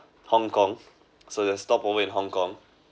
Hong-Kong so there's a stopover in Hong-Kong